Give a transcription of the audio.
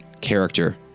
character